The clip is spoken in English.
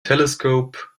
telescope